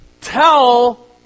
tell